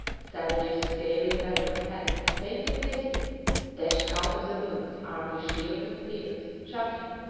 savages with gaily feathered heads and painted faces dashed out of the woods armed with shields and spears, shouting,